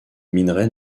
minerais